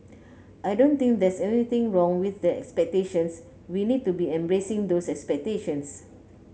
I don't think there's anything wrong with expectations we need to be embracing those expectations